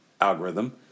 algorithm